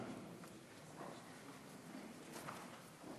(חברי הכנסת מכבדים בקימה את זכרו של